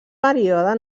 període